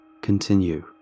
continue